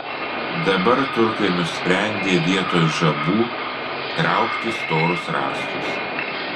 dabar turkai nusprendė vietoj žabų traukti storus rąstus